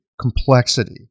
complexity